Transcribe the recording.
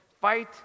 fight